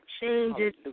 changes